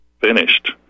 finished